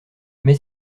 mais